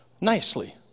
nicely